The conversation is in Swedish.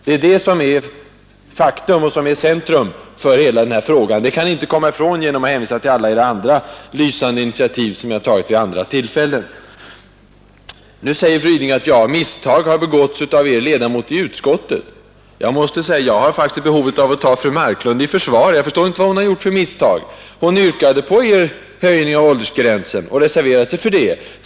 Det är ett faktum som är i centrum för hela denna fråga och det kan ni inte komma ifrån genom att hänvisa till alla lysande initiativ som ni har tagit vid andra tillfällen. Nu säger fru Ryding att misstag har begåtts av er ledamot i utskottet. Jag måste säga att jag faktiskt vill ta fru Marklund i försvar. Jag förstår inte vad hon har gjort för misstag. Hon yrkade på den av er föreslagna höjningen av åldersgränsen och reserverade sig för det.